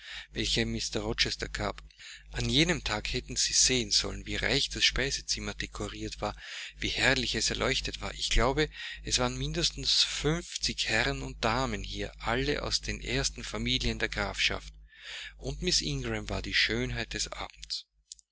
welche mr rochester gab an jenem tage hätten sie sehen sollen wie reich das speisezimmer dekoriert war wie herrlich es erleuchtet war ich glaube es waren mindestens fünfzig herren und damen hier alle aus den ersten familien der grafschaft und miß ingram war die schönheit des abends